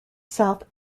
south